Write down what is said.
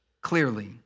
clearly